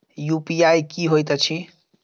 UPI की होइत अछि